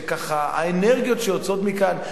האנרגיות שיוצאות מכאן,